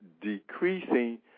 decreasing